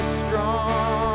strong